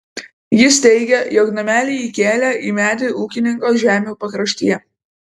jis teigė jog namelį įkėlė į medį ūkininko žemių pakraštyje